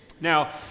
Now